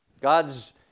God's